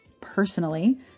personally